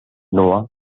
noah